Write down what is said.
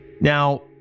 Now